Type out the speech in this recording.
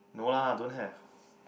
no lah don't have